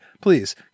please